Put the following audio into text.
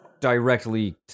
directly